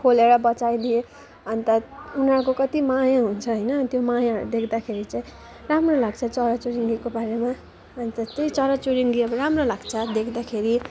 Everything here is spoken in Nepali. खोलेर बचाइदिएँ अन्त उनीहरूको कति माया हुन्छ होइन त्यो मायाहरू देख्दाखेरि चाहिँ राम्रो लाग्छ चराचुरुङ्गीको बारेमा अन्त त्यही चराचुरुङ्गी अब राम्रो लाग्छ देख्दाखेरि